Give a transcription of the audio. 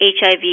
HIV